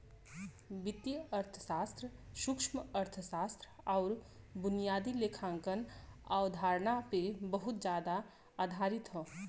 वित्तीय अर्थशास्त्र सूक्ष्मअर्थशास्त्र आउर बुनियादी लेखांकन अवधारणा पे बहुत जादा आधारित हौ